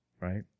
right